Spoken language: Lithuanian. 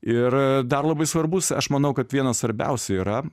ir dar labai svarbus aš manau kad vienas svarbiausių yra